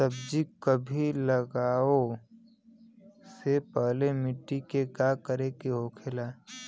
सब्जी कभी लगाओ से पहले मिट्टी के का करे के होखे ला?